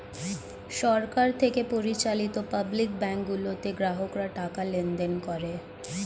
সরকার থেকে পরিচালিত public bank গুলোতে গ্রাহকরা টাকা লেনদেন করে